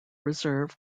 reserve